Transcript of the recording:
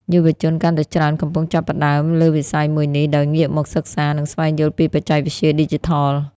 យុវជនកាន់តែច្រើនកំពុងចាប់អារម្មណ៍លើវិស័យមួយនេះ ដោយងាកមកសិក្សា និងស្វែងយល់ពីបច្ចេកវិទ្យាឌីជីថល។